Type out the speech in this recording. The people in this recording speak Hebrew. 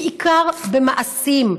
בעיקר במעשים,